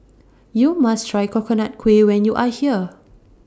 YOU must Try Coconut Kuih when YOU Are here